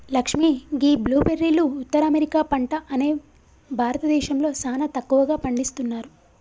లక్ష్మీ గీ బ్లూ బెర్రీలు ఉత్తర అమెరికా పంట అని భారతదేశంలో సానా తక్కువగా పండిస్తున్నారు